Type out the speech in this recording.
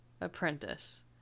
apprentice